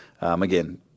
Again